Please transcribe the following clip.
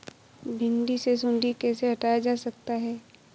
भिंडी से सुंडी कैसे हटाया जा सकता है?